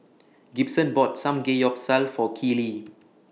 Gibson bought Samgeyopsal For Keely